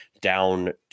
down